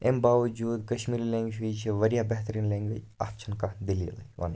امہِ باوٚوجوٗد کشمیٖری لیٚنگویج چھ یہِ چھِ واریاہ بہتریٖن لیٚنگویج اَتھ چھنہٕ کانٛہہ دٔلیٖلٕے ونٕنۍ